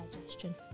digestion